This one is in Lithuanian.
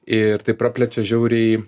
ir tai praplečia žiauriai